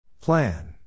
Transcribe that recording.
Plan